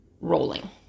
rolling